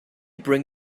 bring